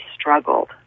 struggled